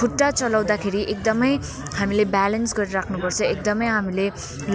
खुट्टा चलाउँदाखेरि एकदमै हामीले ब्यालेन्स गरेर राख्नुपर्छ एकदमै हामीले